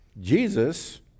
Jesus